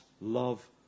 love